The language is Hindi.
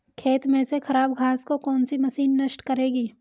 खेत में से खराब घास को कौन सी मशीन नष्ट करेगी?